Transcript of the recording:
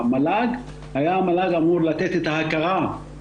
להביא יותר סטודנטים ערבים למערכת ההשכלה הגבוהה